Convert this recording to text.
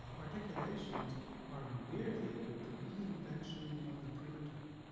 articulations are merely the reinvention of the primitive.